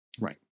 Right